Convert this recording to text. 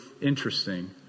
interesting